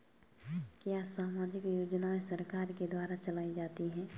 क्या सामाजिक योजनाएँ सरकार के द्वारा चलाई जाती हैं?